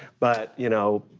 but you know,